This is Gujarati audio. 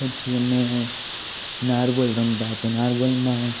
પછી અમે નારગોલ રમતા તો નારગોલમાં